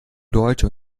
deutsche